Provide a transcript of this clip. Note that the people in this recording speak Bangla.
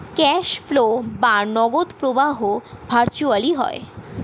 ক্যাশ ফ্লো বা নগদ প্রবাহ ভার্চুয়ালি হয়